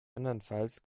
andernfalls